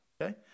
okay